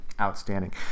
Outstanding